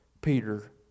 Peter